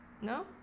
No